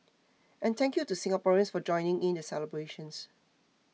and thank you to Singaporeans for joining in the celebrations